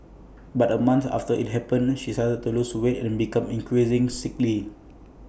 but A month after IT happened she started to lose weight and became increasingly sickly